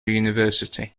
university